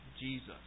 Jesus